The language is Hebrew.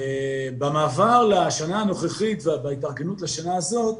במעבר לשנה הנוכחית וההתארגנות לשנה הזאת,